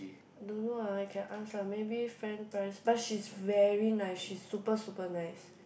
don't know ah I can ask ah maybe friend price but she's very nice she's super super nice